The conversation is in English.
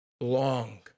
long